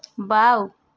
bio